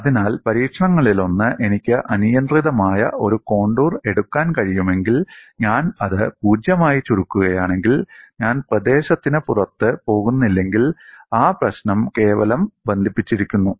അതിനാൽ പരീക്ഷണങ്ങളിലൊന്ന് എനിക്ക് അനിയന്ത്രിതമായ ഒരു കോണ്ടൂർ എടുക്കാൻ കഴിയുമെങ്കിൽ ഞാൻ അത് പൂജ്യമായി ചുരുക്കുകയാണെങ്കിൽ ഞാൻ പ്രദേശത്തിന് പുറത്ത് പോകുന്നില്ലെങ്കിൽ ആ പ്രശ്നം കേവലം ബന്ധിപ്പിച്ചിരിക്കുന്നു